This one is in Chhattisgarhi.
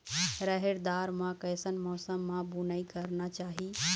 रहेर उरद ला कैसन मौसम मा बुनई करना चाही?